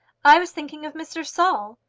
i was thinking of mr. saul,